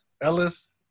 Ellis –